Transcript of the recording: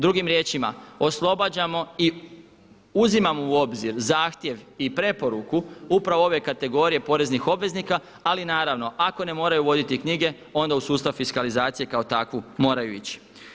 Drugim riječima, oslobađamo i uzimamo u obzir zahtjev i preporuku upravo ove kategorije poreznih obveznika, ali naravno ako ne moraju voditi knjige onda u sustav fiskalizacije kao takvu moraju ići.